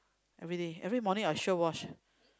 every day every morning I sure wash